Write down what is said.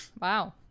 Wow